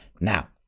Now